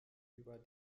über